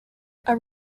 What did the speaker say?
are